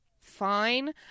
fine